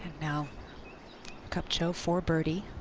now kupcho for birdie.